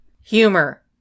Humor